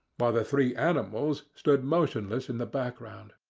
while the three animals stood motionless in the back-ground.